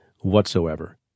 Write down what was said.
whatsoever